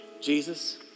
Jesus